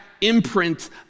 imprint